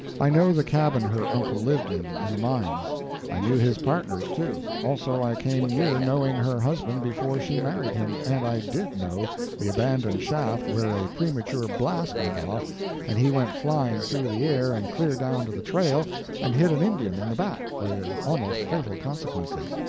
i know the cabin her uncle lived in, in the mines i knew his partners, too also i came near knowing her husband before she married him, and i did know the abandoned shaft where a premature blast went off and he went flying through the air and clear down to the trail and hit an indian in the back with almost fatal consequences.